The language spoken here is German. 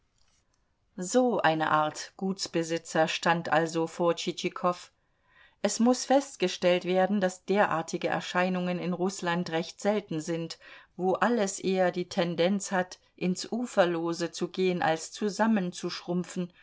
so eine art gutsbesitzer stand also vor tschitschikow es muß festgestellt werden daß derartige erscheinungen in rußland recht selten sind wo alles eher die tendenz hat ins uferlose zu gehen als